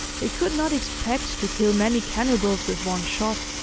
they could not expect to kill many cannibals with one shot,